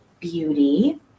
beauty